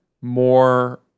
more